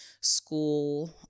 school